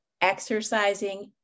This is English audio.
exercising